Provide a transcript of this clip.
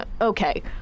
okay